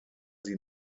sie